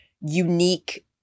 unique